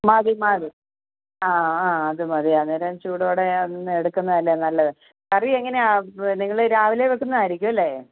മതി മതി ആ ആ അതു മതി അന്നേരം ചൂടോടെ അവിടെ നിന്ന് എടുക്കുന്നതല്ലെ നല്ലത് കറി എങ്ങനെയാണ് നിങ്ങൾ രാവിലെ വയ്ക്കുന്നതായിരിക്കും അല്ലേ